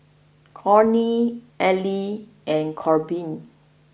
Cornie Ellery and Korbin